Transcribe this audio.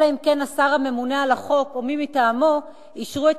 אלא אם כן השר הממונה על החוק או מי מטעמו אישרו את